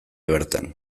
bertan